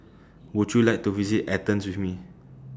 Would YOU like to visit Athens with Me